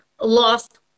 lost